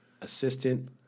assistant